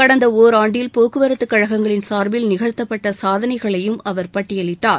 கடந்த ஒராண்டில் போக்குவரத்துக் கழகங்களின் சார்பில் நிகழ்தப்பட்ட சாதனைகளையும் அவர் பட்டியலிட்டார்